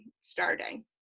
starting